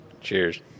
Cheers